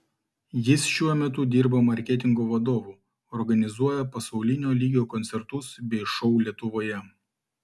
jis šiuo metu dirba marketingo vadovu organizuoja pasaulinio lygio koncertus bei šou lietuvoje